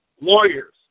Lawyers